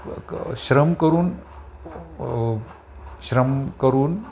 श्रम करून श्रम करून